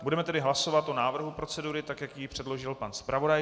Budeme tedy hlasovat o návrhu procedury tak, jak ji předložil pan zpravodaj.